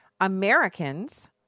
Americans